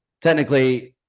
technically